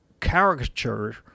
caricature